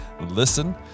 listen